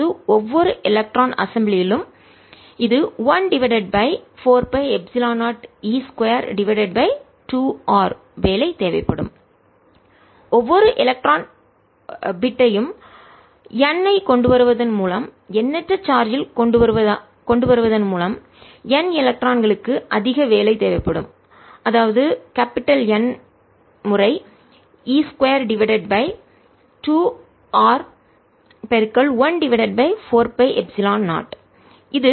அதாவது ஒவ்வொரு எலக்ட்ரான் அசம்பிலியிலும் தொகுதி இது 1 divided by 4 pi epsilon 0 e 2 divided by 2R வேலை தேவைப்படும் ஒவ்வொரு எலக்ட்ரான் பிட்டையும் துண்டு n ஐ கொண்டு வருவதன் மூலம் எண்ணற்ற சார்ஜ் ல் கொண்டு வருவதன் மூலம் n எலக்ட்ரான்களுக்கு அதிக வேலை தேவைப்படும் அதாவது N முறை e 2 divided by 2 r 1 divided by 4 pi epsilon 0